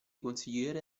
consigliere